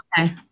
Okay